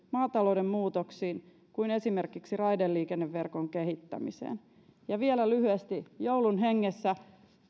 maatalouden muutoksiin kuin esimerkiksi raideliikenneverkon kehittämiseen vielä lyhyesti joulun hengessä